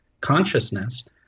consciousness